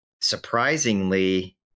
surprisingly